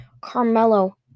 Carmelo